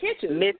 Kitchen